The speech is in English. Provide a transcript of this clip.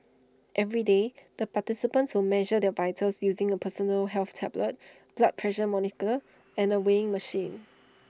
every day the participants will measure their vitals using A personal health tablet blood pressure monitor and A weighing machine